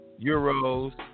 euros